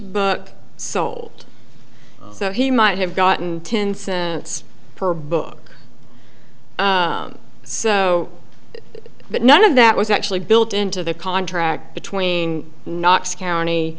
book sold so he might have gotten ten per book so but none of that was actually built into the contract between knox county